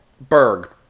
Berg